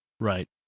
Right